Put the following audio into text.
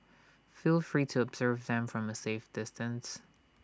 feel free to observe them from A safe distance